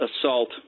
assault